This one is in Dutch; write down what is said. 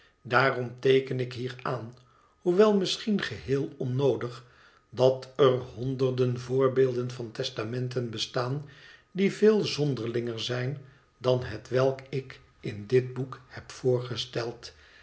daarom teeken ik hier aan hoewel misschien geheel onnoodig dat er honderden voorbeelden van testamenten bestaan die veel zonderlinger zijn dan hetwelk ik in dit boek heb voorgesteld